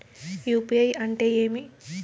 UPI అంటే ఏమి?